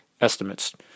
estimates